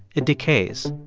it decays.